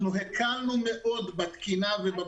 הקלנו מאוד בתקינה ובבדיקה.